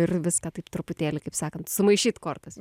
ir viską taip truputėlį kaip sakant sumaišyt kortas